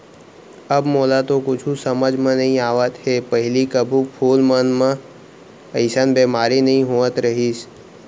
अब मोला तो कुछु समझ म नइ आवत हे, पहिली कभू फूल मन म अइसन बेमारी नइ होत रहिस